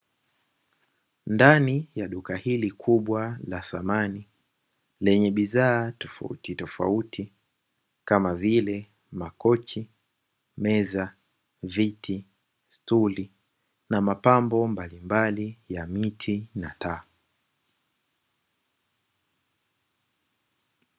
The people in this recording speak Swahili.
Ndani ya duka hili kubwa la samani lenye bidhaa tofauti tofauti kama vile makochi meza, viti, stuli na mapambo mbalimbali ya miti na taa.